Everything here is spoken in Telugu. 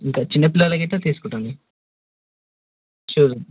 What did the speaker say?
ఇంకా చిన్ని పిల్లలకి ఎట్లా తీసుకుంటారండి షూస్